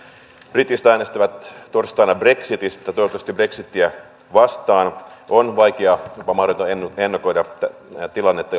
britit äänestävät torstaina brexitistä toivottavasti brexitiä vastaan on vaikeaa jopa mahdotonta ennakoida tilannetta